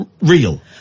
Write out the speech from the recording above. real